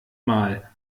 mal